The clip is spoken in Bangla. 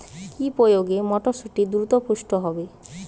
কি প্রয়োগে মটরসুটি দ্রুত পুষ্ট হবে?